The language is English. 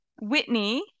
Whitney